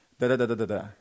da-da-da-da-da-da